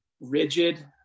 rigid